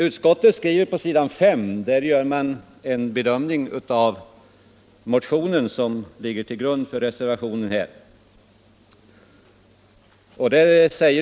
Utskottet gör på s. 5 en bedömning av den motion som ligger till grund för reservationen.